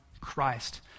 Christ